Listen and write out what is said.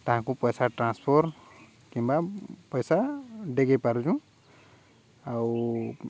ତାହାଙ୍କୁ ପଇସା ଟ୍ରାନ୍ସଫର୍ କିମ୍ବା ପଇସା ଡେଗେଇ ପାରୁଛୁଁ ଆଉ